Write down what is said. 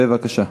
בבקשה.